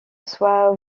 soit